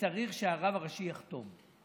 הוא צריך שהרב הראשי יחתום.